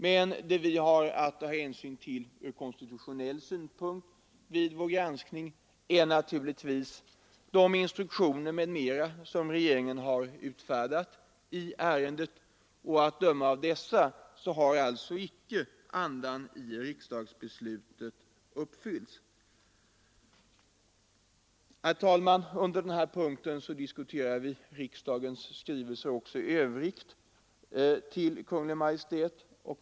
Men det vi har att ta ställning till ur konstitutionell synpunkt vid vår granskning är naturligtvis de instruktioner m.m. som regeringen har utfärdat i ärendet, och att döma av dessa har alltså icke andan i riksdagsbeslutet uppfyllts. Herr talman! Under den här punkten diskuterar vi också riksdagens skrivelser i övrigt till Kungl. Maj:t.